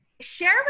share